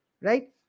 Right